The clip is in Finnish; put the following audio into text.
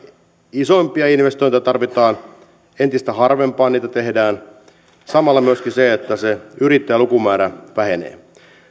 isompia investointeja tarvitaan entistä harvempaan niitä tehdään samalla myöskin se yrittäjälukumäärä vähenee